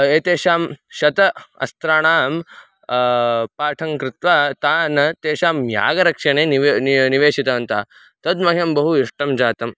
एतेषां शतानाम् अस्त्राणां पाठं कृत्वा तान् तेषां यागरक्षणे निवेदितं नीतं निवेशितवन्तः तद् मह्यं बहु इष्टं जातम्